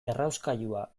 errauskailua